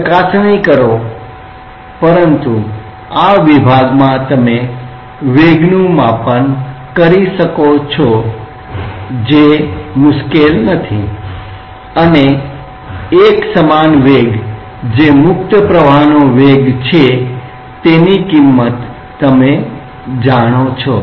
ચકાસણી કરો પરંતુ આ વિભાગમાં તમે વેગનું માપન કરી શકો છો જે મુશ્કેલ નથી અને એકસમાન વેગ જે મુક્ત પ્રવાહનો વેગ છે તેની કિંમત તમે જાણો છો